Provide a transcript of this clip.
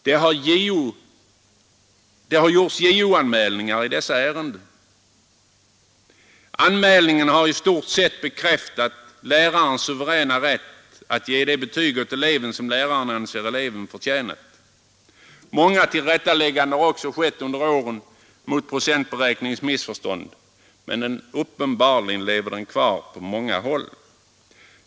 Det har gjorts JO-anmälningar i ärenden av den här naturen. Handläggningen av dessa ärenden har i stort sett bekräftat lärarens suveräna rätt att ge eleven det betyg som läraren anser att eleven förtjänat. Många tillrättalägganden har under åren gjorts av procentberäkningens missförstånd. Men ännu lever den uppenbarligen kvar på många håll.